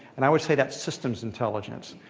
and i would say that's systems intelligence,